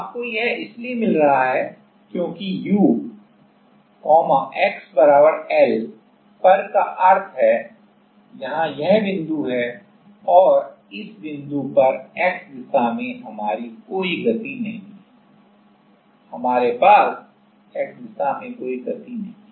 आपको यह इसलिए मिल रहा है क्योंकि u x L पर का अर्थ है यहां यह बिंदु है और इस बिंदु पर x दिशा में हमारी कोई गति नहीं है हमारे पास x दिशा में कोई गति नहीं है